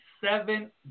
seven